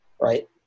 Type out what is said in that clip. Right